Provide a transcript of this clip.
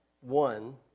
one